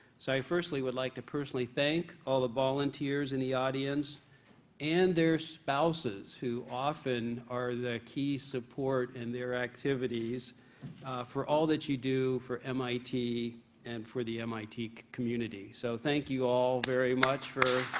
so firstly i would like to personally thank all the volunteers in the audience and their spouses who often are the key support in their activities for all that you do for mit and for the mit community. so thank you all very much for